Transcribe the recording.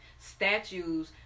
statues